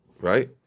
right